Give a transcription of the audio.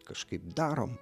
kažkaip darom